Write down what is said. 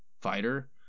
fighter –